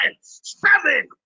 Seven